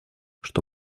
что